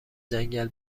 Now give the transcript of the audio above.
جنگل